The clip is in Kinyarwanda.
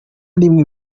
rimwe